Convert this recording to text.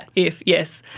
if, yes.